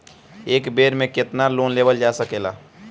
एक बेर में केतना लोन लेवल जा सकेला?